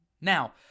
Now